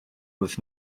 was